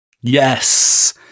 Yes